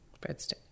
breadstick